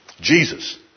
Jesus